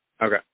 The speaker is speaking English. Okay